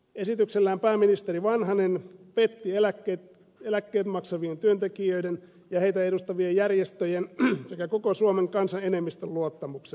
esityksellään pääministeri vanhanen petti eläkkeet maksavien työntekijöiden ja heitä edustavien järjestöjen sekä koko suomen kansan enemmistön luottamuksen